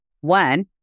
One